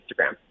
Instagram